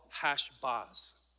Hashbaz